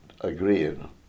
agreeing